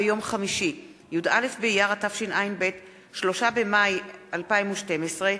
התשע"ב 2012,